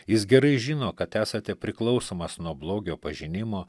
jis gerai žino kad esate priklausomas nuo blogio pažinimo